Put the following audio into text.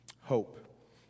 hope